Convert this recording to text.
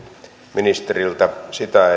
ministeriltä sitä